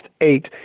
eight